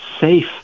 safe